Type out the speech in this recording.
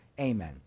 Amen